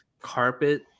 Carpet